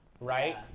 Right